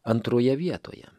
antroje vietoje